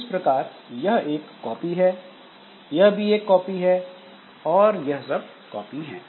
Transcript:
इस प्रकार यह एक कॉपी है यह भी एक कॉपी हैं और यह सब कॉपी है